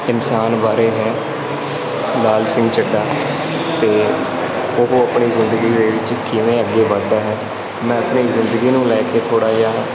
ਇਨਸਾਨ ਬਾਰੇ ਹੈ ਲਾਲ ਸਿੰਘ ਚੱਡਾ ਅਤੇ ਉਹ ਆਪਣੀ ਜ਼ਿੰਦਗੀ ਦੇ ਵਿੱਚ ਕਿਵੇਂ ਅੱਗੇ ਵੱਧਦਾ ਹੈ ਮੈਂ ਆਪਣੀ ਜ਼ਿੰਦਗੀ ਨੂੰ ਲੈ ਕੇ ਥੋੜ੍ਹਾ ਜਿਹਾ